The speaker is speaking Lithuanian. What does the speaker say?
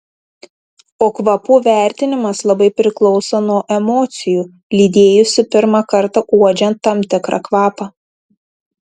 o kvapų vertinimas labai priklauso nuo emocijų lydėjusių pirmą kartą uodžiant tam tikrą kvapą